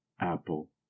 apple